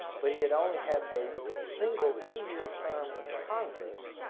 but he had only had a single two-year term in congress